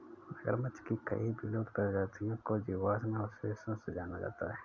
मगरमच्छ की कई विलुप्त प्रजातियों को जीवाश्म अवशेषों से जाना जाता है